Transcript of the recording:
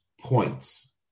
points